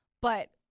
But-